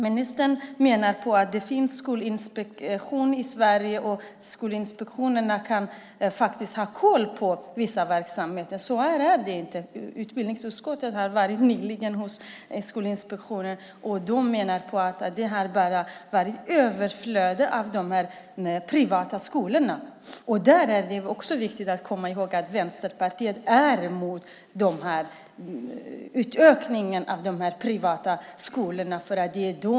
Ministern menar att det finns en skolinspektion i Sverige och att Skolinspektionen kan ha koll på vissa verksamheter. Men så är det inte. Utbildningsutskottet har nyligen varit hos Skolinspektionen, och de menar att det har varit ett överflöde av dessa privata skolor. Det är viktigt att komma ihåg att Vänsterpartiet är emot utökningen av de privata skolorna.